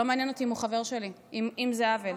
לא מעניין אותי אם הוא חבר שלי אם זה עוול.